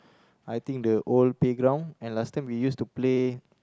I think the old playground and last time we used to play